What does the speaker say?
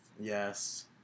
Yes